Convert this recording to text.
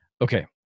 Okay